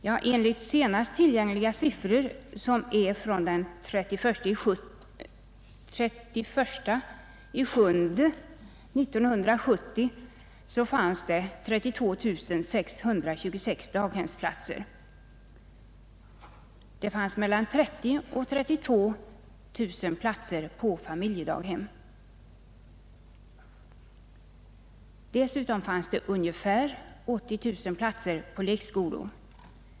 Ja, enligt senast tillgängliga siffror, som är daterade den 31/7 1970, finns det 32 626 daghemsplatser och mellan 30 000 och 32 000 platser på familjedaghem. Dessutom finns det ungefär 80 000 platser på lekskolor.